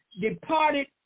departed